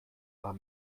aber